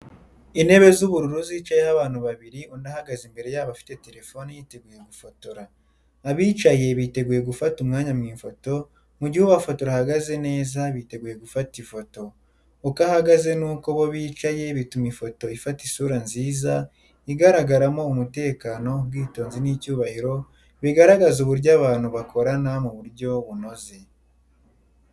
Indebe z’ubururu zicayeho abantu babiri, undi ahagaze imbere yabo afite telefoni, yiteguye gufotora. Abicaye biteguye gufata umwanya mu ifoto, mu gihe ubafotora ahagaze neza, biteguye gufata ifoto. Uko ahagaze n’uko abo bicaye bituma ifoto ifata isura nziza, igaragaramo umutekano, ubwitonzi n’icyubahiro, bigaragaza uburyo abantu bakorana mu buryo bunoze.